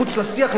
מחוץ לשיח,